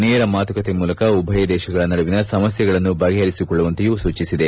ನೇರ ಮಾತುಕತೆ ಮೂಲಕ ಉಭಯ ದೇಶಗಳ ನಡುವಿನ ಸಮಸ್ಥೆಗಳನ್ನು ಬಗೆಹರಿಸಿಕೊಳ್ಳುವಂತೆಯೂ ಸೂಚಿಸಿದೆ